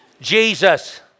Jesus